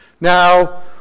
Now